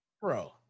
Bro